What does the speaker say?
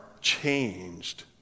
changed